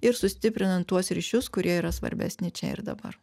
ir sustiprinant tuos ryšius kurie yra svarbesni čia ir dabar